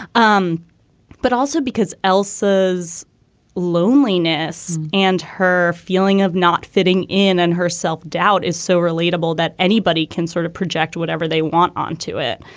um but also because else's loneliness and her feeling of not fitting in and herself self-doubt is so relatable that anybody can sort of project whatever they want onto it.